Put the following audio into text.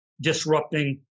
disrupting